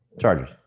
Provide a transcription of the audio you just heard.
Chargers